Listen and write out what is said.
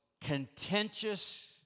contentious